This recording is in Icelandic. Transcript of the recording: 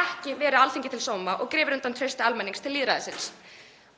ekki verið Alþingi til sóma og hafa grafið undan trausti almennings til lýðræðisins.